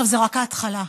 זאת רק ההתחלה,